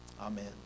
Amen